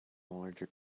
allergic